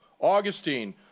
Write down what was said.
Augustine